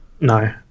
No